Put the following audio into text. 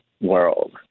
world